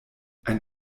ein